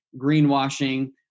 greenwashing